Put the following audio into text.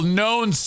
known